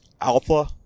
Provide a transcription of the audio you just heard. Alpha